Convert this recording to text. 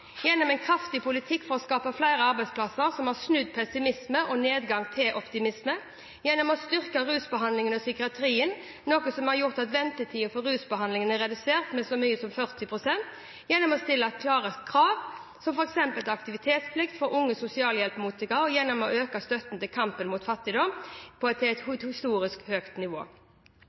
gjennom en kraftig politikk for å skape flere arbeidsplasser, som har snudd pessimisme og nedgang til optimisme gjennom å styrke rusbehandlingen og psykiatrien, noe som har gjort at ventetiden for rusbehandling er redusert med så mye som 40 pst. gjennom å stille klare krav, som f.eks. aktivitetsplikt for unge sosialhjelpsmottakere og gjennom å øke støtten til kampen mot fattigdom til et historisk høyt nivå